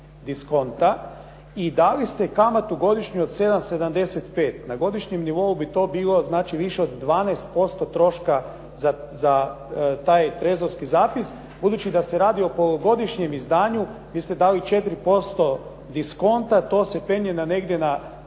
i dali ste kamatu godišnju od 7,75. Na godišnjem nivou bi to bilo znači više od 12% troška za taj trezorski zapis. Budući da se radi o polugodišnjem izdanju vi ste dali 4% diskonta. To se penje negdje na